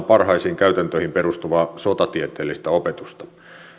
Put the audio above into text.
parhaisiin käytäntöihin perustuvaa sotatieteellistä opetusta